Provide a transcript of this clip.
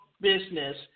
business